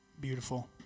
Beautiful